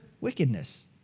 wickedness